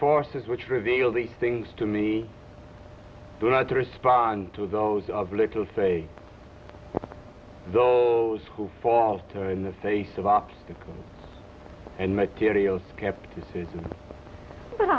forces which reveal the things to me do not respond to those of little say those who fall in the face of obstacles and material skepticism but